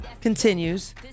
continues